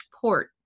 port